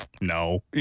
No